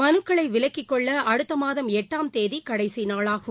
மனுக்களை விலக்கிக் கொள்ள அடுத்த மாதம் எட்டாம் தேதி கடைசி நாளாகும்